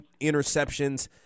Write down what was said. interceptions